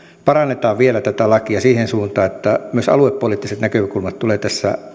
parannetaan vielä tätä lakia siihen suuntaan että myös aluepoliittiset näkökulmat tulee tässä